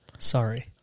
Sorry